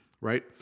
right